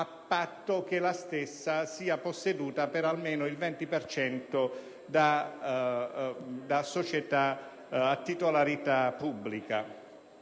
a patto che la stessa sia posseduta, per almeno il 20 per cento, da società a titolarità pubblica.